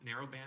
narrowband